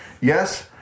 yes